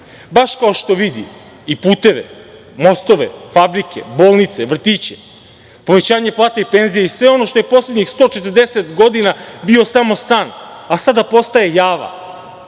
baš kao što vidi i puteve, mostove, fabrike, bolnice, vrtiće, povećanje plata i penzija i sve ono što je poslednjih 140 godina bio samo san, a sada postaje java,